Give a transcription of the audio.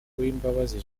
uwimbabazi